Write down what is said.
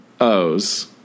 o's